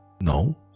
No